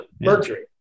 Mercury